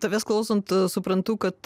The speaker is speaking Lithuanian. tavęs klausant suprantu kad